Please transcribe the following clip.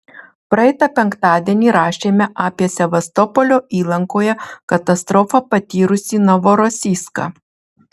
praeitą penktadienį rašėme apie sevastopolio įlankoje katastrofą patyrusį novorosijską